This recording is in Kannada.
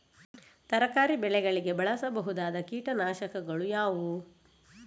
ತರಕಾರಿ ಬೆಳೆಗಳಿಗೆ ಬಳಸಬಹುದಾದ ಕೀಟನಾಶಕಗಳು ಯಾವುವು?